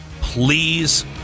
Please